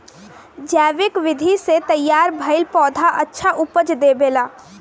जैविक विधि से तैयार भईल पौधा अच्छा उपज देबेला